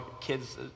kids